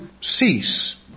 cease